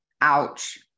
Ouch